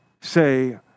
say